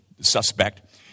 suspect